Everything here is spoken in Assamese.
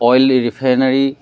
oil refinery